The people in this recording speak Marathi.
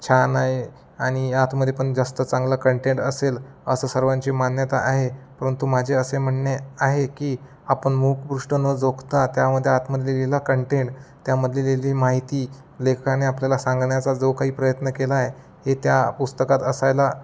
छान आहे आणि आतमध्ये पण जास्त चांगला कंटेंट असेल असं सर्वांची मान्यता आहे परंतु माझे असे म्हणणे आहे की आपण मुखपृष्ठ न जोखता त्यामध्ये आतमध्ये लिहिलेला कंटेंट त्यामध्ये लिहिलेली माहिती लेखकाने आपल्याला सांगण्याचा जो काही प्रयत्न केला आहे हे त्या पुस्तकात असायला